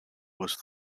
was